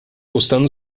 ostern